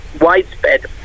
widespread